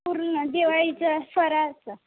पूर्ण दिवाळीचं फराळाचं